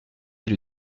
lieu